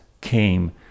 came